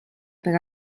per